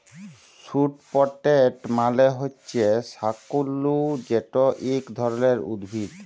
sweet potato মালে হছে শাঁকালু যেট ইক ধরলের উদ্ভিদ